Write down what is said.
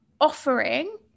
offering